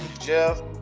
Jeff